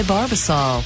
Barbasol